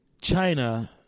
China